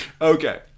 Okay